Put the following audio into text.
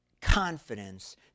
confidence